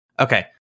Okay